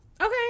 Okay